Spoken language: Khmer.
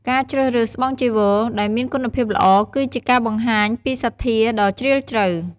ការជ្រើសរើសស្បង់ចីវរដែលមានគុណភាពល្អ គឺជាការបង្ហាញពីសទ្ធាដ៏ជ្រាលជ្រៅ។